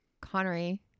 Connery